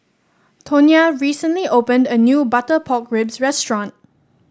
Tonia recently opened a new Butter Pork Ribs restaurant